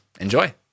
Enjoy